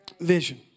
vision